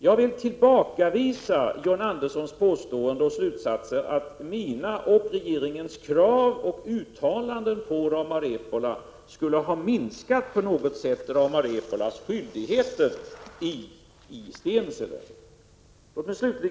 Jag vill tillbakavisa John Anderssons påstående — och hans slutsats — att mina och regeringens krav och uttalanden när det gäller Rauma-Repola på något sätt skulle ha minskat Rauma-Repolas skyldigheter i Stensele. Herr talman!